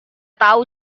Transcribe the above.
tahu